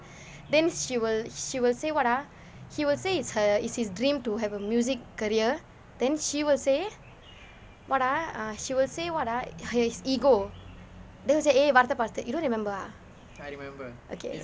then she will she will say [what] ah she will say is her is his dream to have a music career then she will say eh [what] ah err she will say [what] ah his ego there was a eh வருத்த படுத்த:varutha padutha you don't remember ah